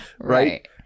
Right